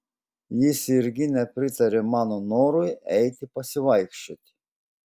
jis irgi nepritarė mano norui eiti pasivaikščioti